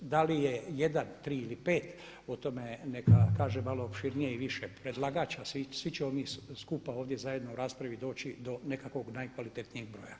Da li je jedan, tri ili pet, o tome neka kaže malo opširnije i više predlagač a svi ćemo mi svi skupa ovdje zajedno raspraviti, doći do nekakvog najkvalitetnijeg broja.